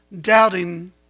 doubting